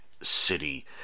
city